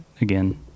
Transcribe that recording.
again